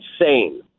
insane